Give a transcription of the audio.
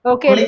Okay